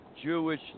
Jewish